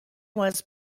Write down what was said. was